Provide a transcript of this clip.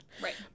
Right